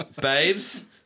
Babes